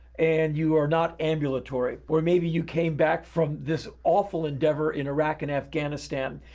and you are not ambulatory. or maybe you came back from this awful endeavor in iraq and afghanistan,